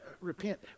Repent